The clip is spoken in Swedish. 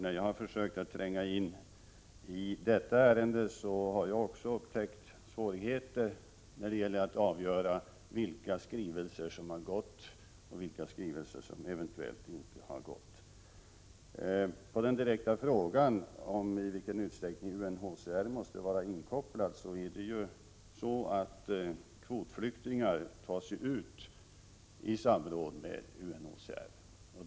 När jag har försökt tränga in i detta ärende, har jag också upptäckt svårigheter då det gäller att avgöra vilka skrivelser som gått i väg och vilka som eventuellt inte har gjort det. Till svar på den direkta frågan om i vilken utsträckning UNHCR måste kopplas in kan jag säga följande: Kvotflyktingar tas ut i samråd med UNHCR.